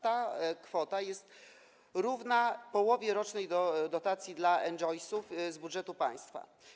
Ta kwota jest równa połowie rocznej dotacji dla NGOs z budżetu państwa.